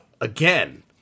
again